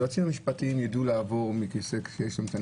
היועצים המשפטיים יידעו לעבוד מסודר.